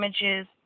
images